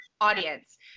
audience